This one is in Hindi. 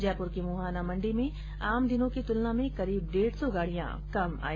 जयपुर की मुहाना मंडी में आम दिनों की तुलना में करीब डेढ़ सौ गाड़ियां कम आई